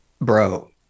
Bro